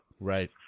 Right